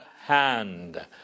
hand